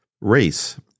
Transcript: race